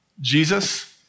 Jesus